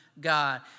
God